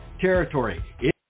territory